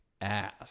ass